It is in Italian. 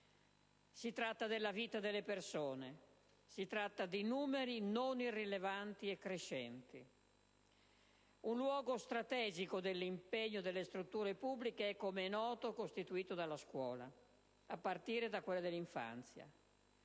Si tratta della vita delle persone. Si tratta di numeri non irrilevanti e crescenti. Un luogo strategico dell'impegno delle strutture pubbliche è, come è noto, costituito dalla scuola, a partire da quella dell'infanzia: